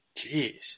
Jeez